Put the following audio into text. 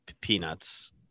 peanuts